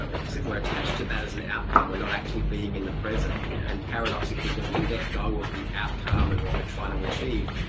but because if we're attached to that as an outcome we're not actually being in the present. and paradoxically when we let go of the outcome and what we're trying to achieve,